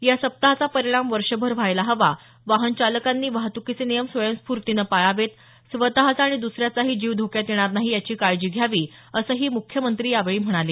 या सप्ताहाचा परिणाम वर्षभर व्हायला हवा वाहन चालकांनी वाहत्कीचे नियम स्वयंस्फूर्तीने पाळावेत स्वतचा आणि दुसऱ्याचाही जीव धोक्यात येणार नाही याची काळजी घ्यावी असंही मुख्यमंत्री यावेळी म्हणाले